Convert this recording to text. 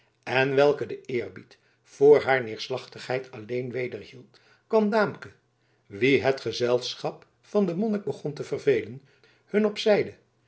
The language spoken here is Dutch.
en welke de eerbied voor haar neerslachtigheid alleen wederhield kwam daamke wien het gezelschap van den monnik begon te vervelen hun op zijde